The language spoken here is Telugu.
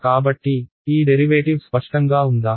కాబట్టి ఈ డెరివేటివ్ స్పష్టంగా ఉందా